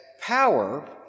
Power